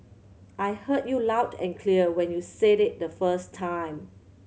I heard you loud and clear when you said it the first time